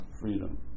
freedom